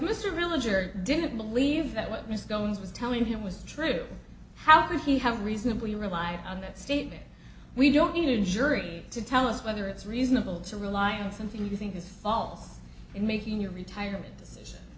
religare didn't believe that what mr jones was telling him was true how could he have reasonably relied on that statement we don't need a jury to tell us whether it's reasonable to rely on something you think is false in making your retirement decision